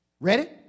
Ready